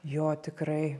jo tikrai